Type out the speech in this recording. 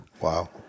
Wow